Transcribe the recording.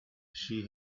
she